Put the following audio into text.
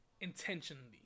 Intentionally